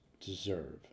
deserve